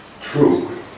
true